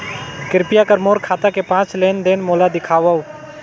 कृपया कर मोर खाता के पांच लेन देन मोला दिखावव